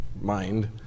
mind